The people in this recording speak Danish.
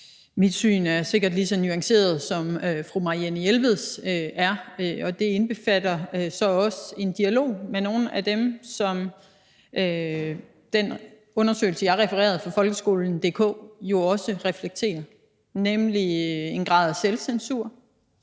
Mit syn er sikkert lige så nuanceret, som fru Marianne Jelveds er. Det indbefatter så også en dialog med nogle af dem, som den undersøgelse, jeg refererede fra folkeskolen.dk, jo også reflekterer; der er nemlig en grad af selvcensur,